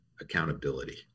accountability